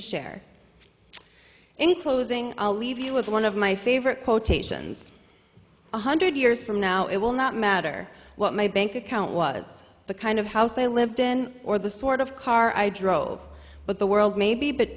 share in closing i'll leave you with one of my favorite quotations one hundred years from now it will not matter what my bank account was the kind of house i lived in or the sort of car i drove but the world may be